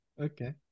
Okay